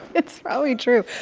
it's probably true.